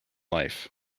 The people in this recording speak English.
life